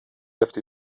left